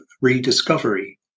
rediscovery